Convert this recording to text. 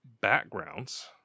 backgrounds